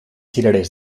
cirerers